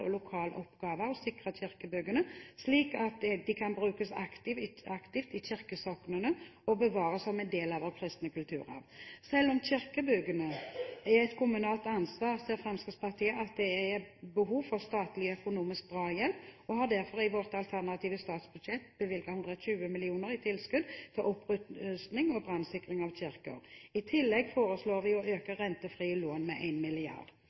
og en lokal oppgave å sikre kirkebyggene, slik at de kan brukes aktivt i kirkesoknene og bevares som en del av vår kristne kulturarv. Selv om kirkebyggene er et kommunalt ansvar, ser Fremskrittspartiet at det er behov for statlig økonomisk drahjelp, og vi har derfor i vårt alternative statsbudsjett bevilget 120 mill. kr i tilskudd til opprusting og brannsikring av kirker. I tillegg foreslår vi å øke rentefrie lån med